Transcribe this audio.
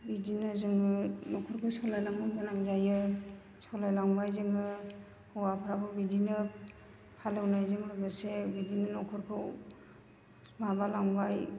बिदिनो जोङो न'खरखौ सालायनांगौ गोनां जायो सालायलांबाय जोङो हौवाफोराबो बिदिनो हालेवनायजों लोगोसे बिदिनो न'खरखौ माबालांबाय